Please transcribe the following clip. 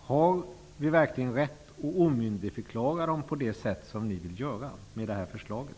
Har vi verkligen rätt att omyndigförklara dem på det sätt som ni vill göra med det här förslaget?